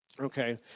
okay